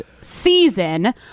season